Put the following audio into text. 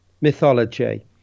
mythology